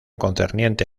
concerniente